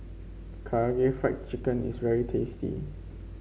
Karaage Fried Chicken is very tasty